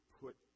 put